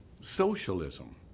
Socialism